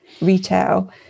retail